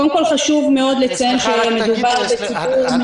קודם כל חשוב מאוד לציין שמדובר בציבור ממושמע